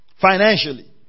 Financially